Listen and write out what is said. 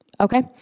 Okay